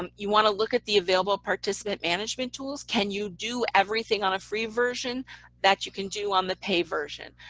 um you want to look at the available participant management tools. can you do everything on a free version that you can do on the paid version?